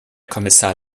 kommissar